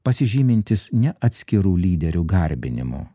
pasižymintis ne atskirų lyderių garbinimu